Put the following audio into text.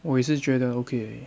我也是觉得 okay 而已